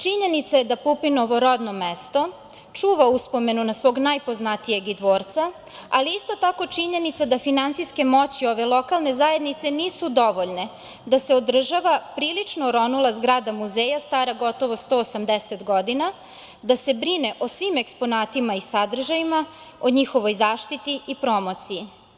Činjenica je da Pupinovo rodno mesto čuva uspomenu na svog najpoznatijeg Idvorca, ali isto tako činjenica da finansijske moći ove lokalne zajednice nisu dovoljne da se održava prilično oronula zgrada muzeja stara gotovo 180 godina, da se brine o svim eksponatima i sadržajima, o njihovo zaštiti i promociji.